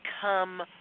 come